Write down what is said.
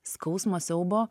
skausmo siaubo